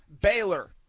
Baylor